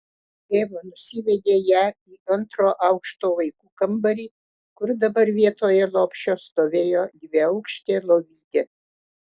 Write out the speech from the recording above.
eva nusivedė ją į antro aukšto vaikų kambarį kur dabar vietoj lopšio stovėjo dviaukštė lovytė